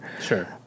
Sure